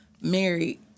married